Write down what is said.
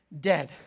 dead